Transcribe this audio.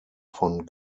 von